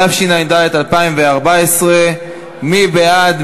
התשע"ד 2014. מי בעד?